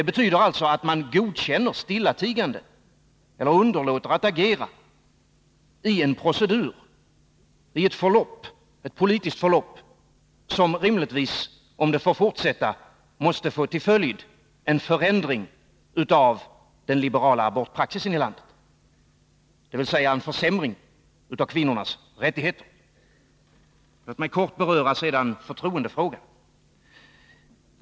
Att man underlåter att agera betyder att man stillatigande godkänner ett politiskt förlopp som rimligtvis — om det får fortsätta — måste få till följd en förändring av den liberala abortpraxisen i landet, dvs. en försämring av kvinnornas rättigheter. Låt mig sedan kort beröra förtroendefrågan.